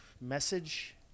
message